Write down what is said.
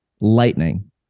Lightning